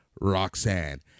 Roxanne